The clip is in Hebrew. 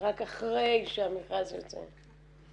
רק אחרי שהמכרז יצא?